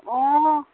অঁ